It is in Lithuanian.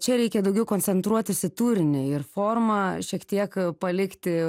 čia reikia daugiau koncentruotis į turinį ir formą šiek tiek palikti